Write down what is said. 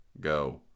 go